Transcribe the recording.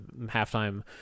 halftime